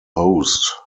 host